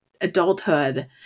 adulthood